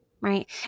right